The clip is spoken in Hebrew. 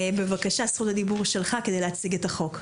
בבקשה, זכות הדיבור שלך כדי להציג את החוק.